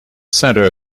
centre